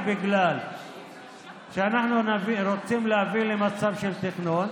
בגלל שאנחנו רוצים להביא למצב של תכנון